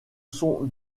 sont